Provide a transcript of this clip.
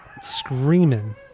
Screaming